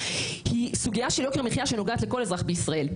היא סוגיה של יוקר מחיה שנוגעת לכל אזרח בישראל.